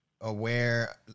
aware